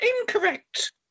incorrect